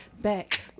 back